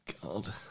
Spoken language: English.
God